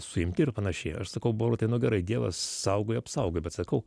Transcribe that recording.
suimti ir panašiai aš sakau borutai nu gerai dievas saugojo apsaugojo bet sakau